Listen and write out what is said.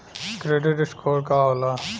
Credit score का होला?